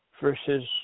versus